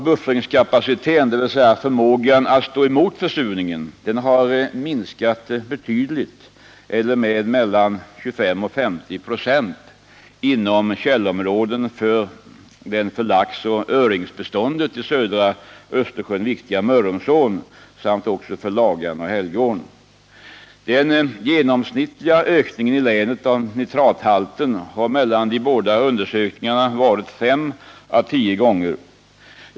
Buffringskapaciteten, dvs. förmågan att stå emot försurning, har minskat betydligt eller med mellan 25 och 50 96 inom källområdena för den för laxoch öringbestånden i södra Östersjön viktiga Mörrumsån samt också för Lagan och Helgeån. Den genomsnittliga ökningen av nitrathalten i länet har mellan de båda undersökningarna varit fem å tio gånger.